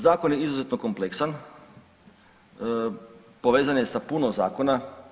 Zakon je izuzetno kompleksan, povezan je sa puno zakona.